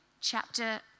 chapter